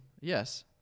Yes